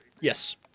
Yes